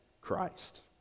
Christ